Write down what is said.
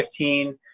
2015